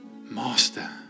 master